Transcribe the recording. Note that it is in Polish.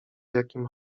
jakim